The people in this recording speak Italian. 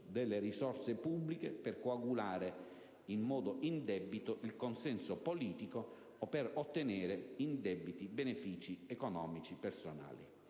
delle risorse pubbliche per coagulare in modo indebito il consenso politico o per ottenere indebiti benefici economici personali.